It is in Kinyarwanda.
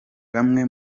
bamwe